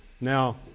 Now